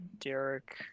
Derek